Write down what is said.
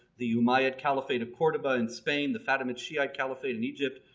the umayyad caliphate of cordoba in spain, the fatima shiite caliphate in egypt.